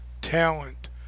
talent